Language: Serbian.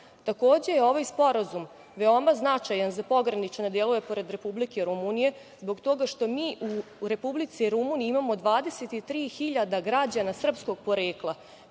radu. Takođe, ovaj sporazum je veoma značajan za pogranične delove pored Republike Rumunije, zbog toga što mi u Republici Rumuniji imamo 23 hiljada građana srpskog porekla